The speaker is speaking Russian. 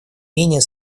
менее